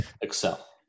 excel